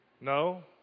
No